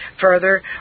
Further